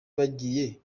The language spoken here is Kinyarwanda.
bagiye